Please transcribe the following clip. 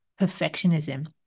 perfectionism